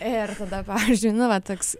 ir tada pavyzdžiui nu va toks